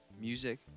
music